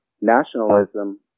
nationalism